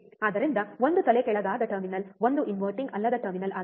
ಆದ್ದರಿಂದ ಒಂದು inverting terminal ಒಂದು ಇನ್ವರ್ಟಿಂಗ್ ಅಲ್ಲದ ಟರ್ಮಿನಲ್ ಆಗಿದೆ